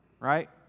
right